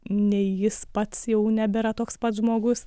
nei jis pats jau nebėra toks pats žmogus